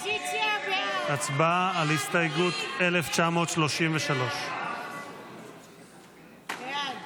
הצבעה על הסתייגות 1933. 52 בעד,